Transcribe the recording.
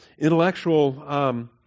intellectual